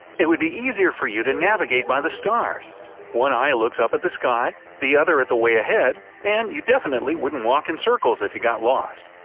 it would be easier for you to navigate by the stars one eye looks up at the sky, the other at the way ahead, and you definitely wouldn't walk in circles if you got lost.